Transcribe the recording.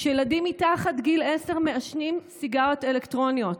שילדים מתחת גיל עשר מעשנים סיגריות אלקטרוניות.